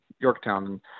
Yorktown